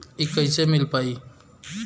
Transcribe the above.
इ कईसे मिल पाई?